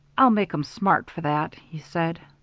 i'll make em smart for that, he said.